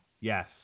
Yes